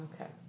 Okay